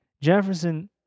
jefferson